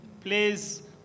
Please